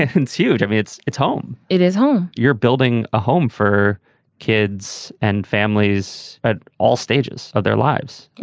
ah it's huge. it's it's home. it is home. you're building a home for kids and families at all stages of their lives.